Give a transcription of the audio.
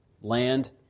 land